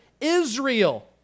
Israel